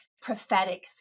prophetic